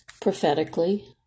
prophetically